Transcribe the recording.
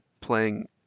playing